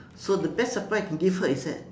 so the best surprise I can give her is that